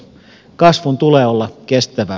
kasvun tulee olla kestävää